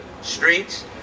streets